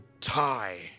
tie